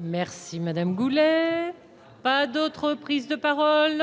Merci Madame Goulet, pas d'autres prises de parole